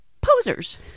posers